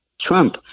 Trump